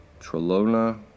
Trelona